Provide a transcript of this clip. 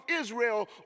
Israel